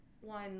one